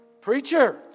Preacher